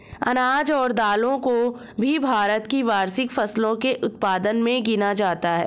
अनाज और दालों को भी भारत की वार्षिक फसलों के उत्पादन मे गिना जाता है